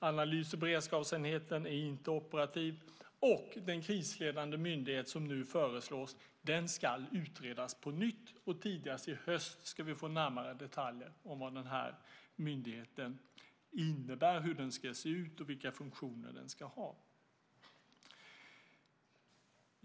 Analys och beredskapsenheten är inte operativ, och frågan om den krisledande myndighet som nu föreslås ska utredas på nytt. Tidigast i höst ska vi få närmare detaljer om vad den här myndigheten innebär, hur den ska se ut och vilka funktioner den ska ha.